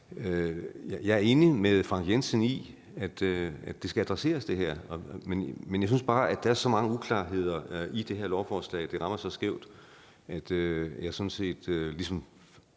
Jeg er enig med Frank Jensen i, at det her skal adresseres, men jeg synes bare, der er så mange uklarheder i det her lovforslag, og at det rammer så skævt, at vi sådan set ligesom